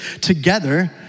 together